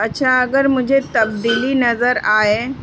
اچھا اگر مجھے تبدیلی نظر آئے